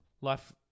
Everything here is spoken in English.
Life